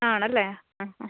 ആണല്ലേ ആ ആ